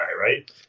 right